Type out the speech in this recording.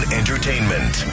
entertainment